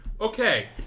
Okay